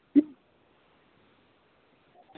હમ